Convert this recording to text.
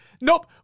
Nope